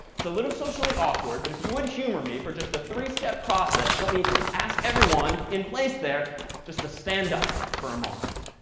it's a little socially awkward, but if you would humor me for just a three-step process, let me ask everyone in place there just to stand up for a moment.